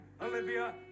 Olivia